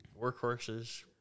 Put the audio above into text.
workhorses